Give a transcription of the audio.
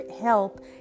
help